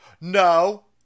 No